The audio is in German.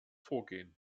vorgehen